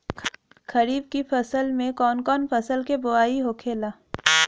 खरीफ की फसल में कौन कौन फसल के बोवाई होखेला?